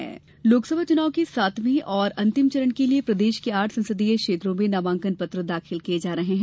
पर्चा दाखिल लोकसभा चुनाव के सातवें और अंतिम चरण के लिये प्रदेश के आठ संसदीय क्षेत्रों में नामांकन पत्र दाखिल किये जा रहे हैं